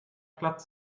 platz